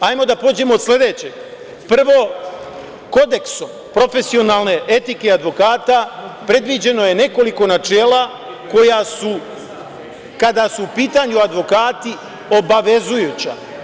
Hajde da pođemo od sledećeg – prvo, kodeksom profesionalne etike advokata predviđeno je nekoliko načela koja su kada su u pitanju advokati obavezujuća.